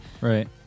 right